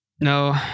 No